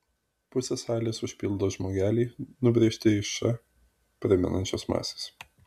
pusę salės užpildo žmogeliai nubrėžti iš š primenančios masės